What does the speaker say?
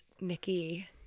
Nikki